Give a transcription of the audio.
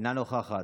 אינה נוכחת.